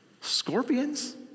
Scorpions